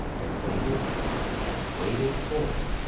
they waited and waited for it,